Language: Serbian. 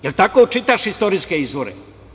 Da li tako čitaš istorijske izvore?